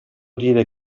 dire